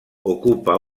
ocupa